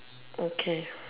okay